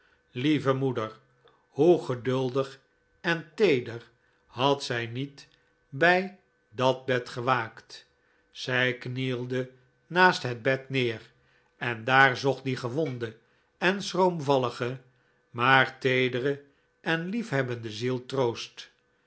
lieve moeder hoe geduldig en teeder had zij niet bij dat bed gewaakt zij knielde naast het bed neer en daar zocht die gewonde en schroomvallige maar teedere en lief hebbende ziel troost